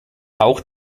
auch